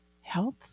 health